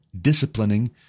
disciplining